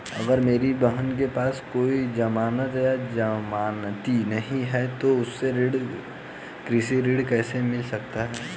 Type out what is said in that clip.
अगर मेरी बहन के पास कोई जमानत या जमानती नहीं है तो उसे कृषि ऋण कैसे मिल सकता है?